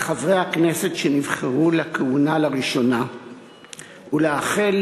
תוכן העניינים דיווח שרי הממשלה השלושים-ושתיים לכנסת 3 שר המשפטים יעקב